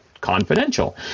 confidential